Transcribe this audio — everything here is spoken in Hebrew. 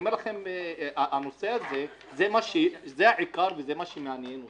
זה העיקר וזה מה שמעניין אותי.